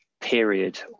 period